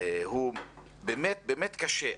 הוא באמת קשה.